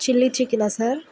chilli చికెనా sir